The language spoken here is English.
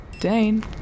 Dane